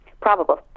probable